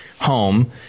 home